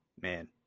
man